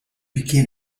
piqué